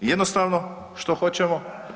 Jednostavno što hoćemo?